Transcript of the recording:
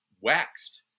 waxed